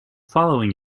following